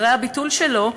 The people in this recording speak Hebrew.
אחרי הביטול שלו,